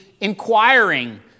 inquiring